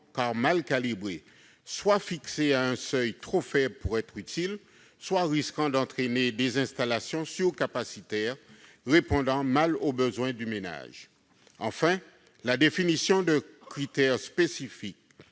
risquerait soit d'être fixé à un niveau trop faible pour être utile, soit d'entraîner des installations surcapacitaires, répondant mal aux besoins des ménages. Enfin, la définition de critères spécifiques